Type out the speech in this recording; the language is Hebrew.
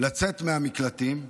לצאת מהמקלטים,